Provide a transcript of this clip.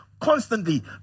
constantly